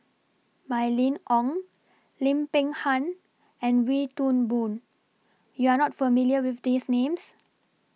Mylene Ong Lim Peng Han and Wee Toon Boon YOU Are not familiar with These Names